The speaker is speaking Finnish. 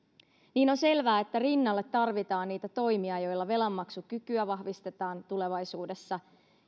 on selvää että rinnalle tarvitaan niitä toimia joilla velanmaksukykyä vahvistetaan tulevaisuudessa